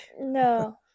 No